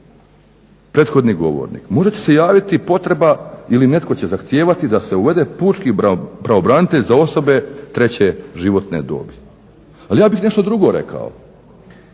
prethodni govornik, možda će se javiti potreba ili netko će zahtijevati da se uvede pučki pravobranitelj za osobe treće životne dobi. Ali ja bih nešto drugo rekao,